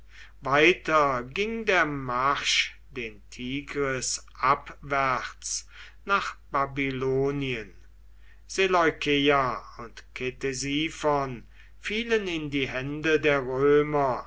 weiter ging der marsch den tigris abwärts nach babylonien seleukeia und ktesiphon fielen in die hände der römer